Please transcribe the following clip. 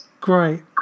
Great